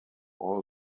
all